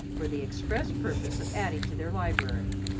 for the express purpose of adding to their library.